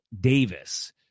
Davis